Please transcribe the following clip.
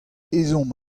ezhomm